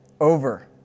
over